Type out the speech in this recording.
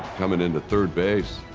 coming into third base